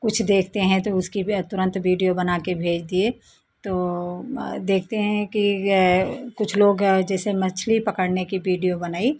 कुछ देखते हैं तो उसकी वे तुरंत बीडियो बनाके भेज दिए तो देखते हैं कि ये कुछ लोग जैसे मछली पकड़ने की बीडीयो बनाई